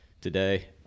today